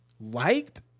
liked